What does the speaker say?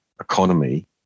economy